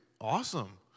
awesome